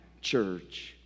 church